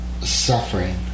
suffering